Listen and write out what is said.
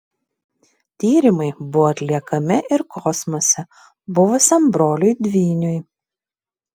tyrimai buvo atliekami ir kosmose buvusiam broliui dvyniui